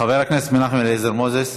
חבר הכנסת מנחם אליעזר מוזס.